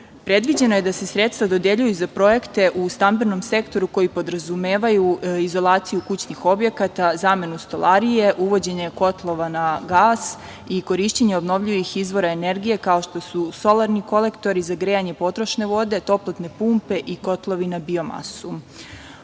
sektor. Predviđeno je da se sredstva dodeljuju za projekte u stambenom sektoru koji podrazumevaju izolaciju kućnih objekata, zamenu stolarije, uvođenje kotlova na gas i korišćenje obnovljivih izvora energije, kao što su solarni kolektori za grejanje potrošne vode, toplotne pumpe i kotlovi na